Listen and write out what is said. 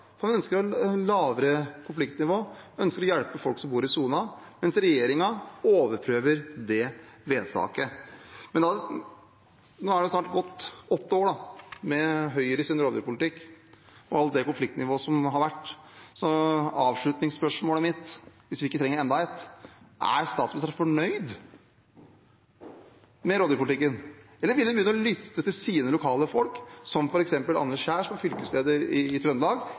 ønsker et lavere konfliktnivå, de ønsker å hjelpe folk som bor i sonen, mens regjeringen overprøver det vedtaket. Nå har det snart gått åtte år med Høyres rovdyrpolitikk og det konfliktnivået som har vært, så avslutningsspørsmålet mitt, hvis vi ikke trenger enda et, er: Er statsministeren fornøyd med rovdyrpolitikken, eller vil hun begynne å lytte til sine lokale folk, som f.eks. Anders Kjær, som er fylkesleder i Trøndelag,